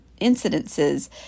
incidences